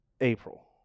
April